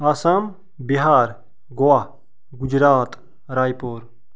آسام بِہار گووا گُجرات راے پوٗر